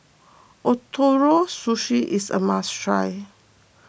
Ootoro Sushi is a must try